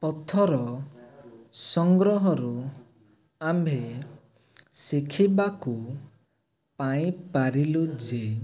ପଥର ସଂଗ୍ରହରୁ ଆମ୍ଭେ ଶିଖିବାକୁ ପାଇ ପାରିଲୁ ଯେ